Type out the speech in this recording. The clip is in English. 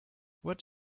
what